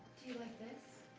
do you like this?